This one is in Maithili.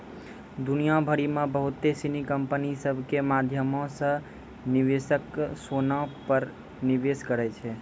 दुनिया भरि मे बहुते सिनी कंपनी सभ के माध्यमो से निवेशक सोना पे निवेश करै छै